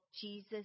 Jesus